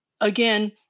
again